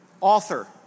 Author